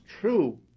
true